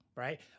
Right